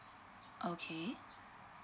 okay